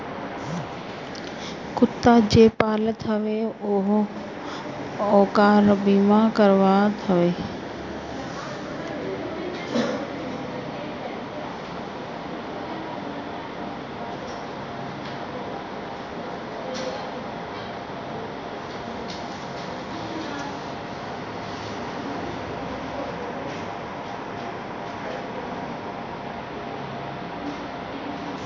कुत्ता जे पालत हवे उहो ओकर बीमा करावत हवे